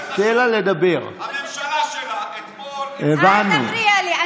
מה דעתך, דודי, אל תפריע לי.